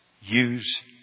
use